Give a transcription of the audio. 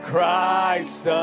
Christ